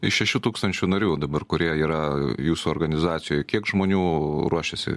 iš šešių tūkstančių narių dabar kurie yra jūsų organizacijoj kiek žmonių ruošiasi